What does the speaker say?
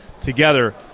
together